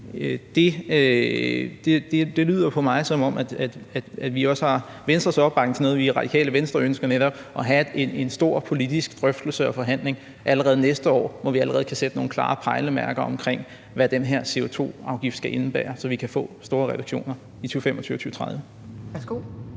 Det lyder på mig, som om vi også har Venstres opbakning til noget, vi i Radikale Venstre ønsker, altså netop at have en stor politisk drøftelse og forhandling allerede næste år, hvor vi allerede kan sætte nogle klare pejlemærker for, hvad den her CO2-afgift skal indebære, så vi kan få store reduktioner i 2025 og 2030.